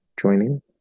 joining